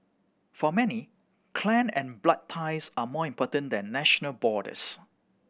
for many clan and blood ties are more important than national borders